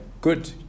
good